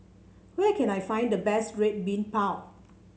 where can I find the best Red Bean Bao